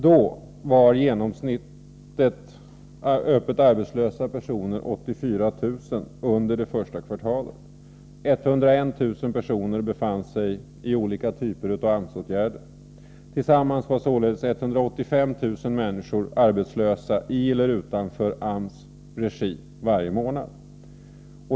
Då var i genomsnitt 84 000 personer öppet arbetslösa under det första kvartalet. 101 000 personer befann sig i olika typer av AMS-åtgärder. Tillsammans var således 185 000 människor arbetslösa i eller utanför AMS regi varje månad.